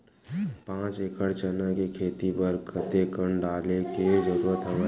पांच एकड़ चना के खेती बर कते कन डाले के जरूरत हवय?